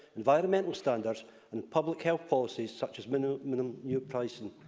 environmental standards and public health policies such as minimum minimum unit pricing.